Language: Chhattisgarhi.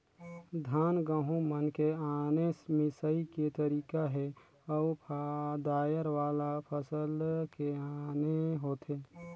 धान, गहूँ मन के आने मिंसई के तरीका हे अउ दायर वाला फसल के आने होथे